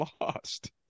lost